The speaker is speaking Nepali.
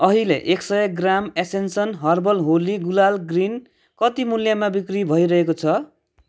अहिले एक सय gram essential herbal Holi gulal green कति मूल्यमा बिक्री भइरहेको छ